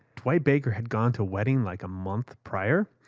dwight baker had gone to a wedding like a month prior.